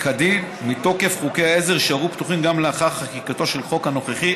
כדין מתוקף חוקי העזר יישארו פתוחים גם לאחר חקיקתו של החוק הנוכחי.